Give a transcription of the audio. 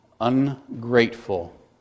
ungrateful